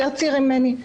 יותר צעירים ממני,